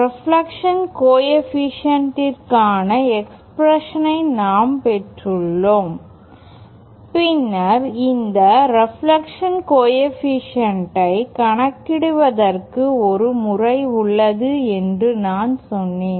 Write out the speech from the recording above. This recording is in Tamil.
ரெப்லக்ஷன் கோஎஃபீஷியேன்ட்க்கான எக்ஸ்பிரஷணை நாம் பெற்றுள்ளோம் பின்னர் இந்த ரெப்லக்ஷன் கோஎஃபீஷியேன்ட் ஐ கணக்கிடுவதற்கு ஒரு முறை உள்ளது என்று நான் சொன்னேன்